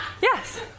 Yes